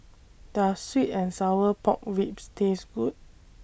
Does Sweet and Sour Pork Ribs Taste Good